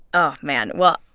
oh, man, well,